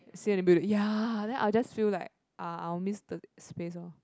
ya then I'll just feel like uh I'll miss the space lor